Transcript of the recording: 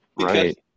Right